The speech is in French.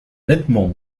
nettement